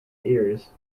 ears